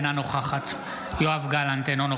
אינה נוכחת יואב גלנט,